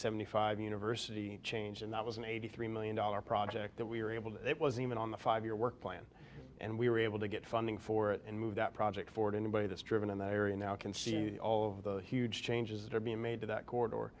seventy five university change and that was an eighty three million dollars project that we were able to it was even on the five year work plan and we were able to get funding for it and move that project forward in a way that's driven in that area now can see all of the huge changes that are being made to that court or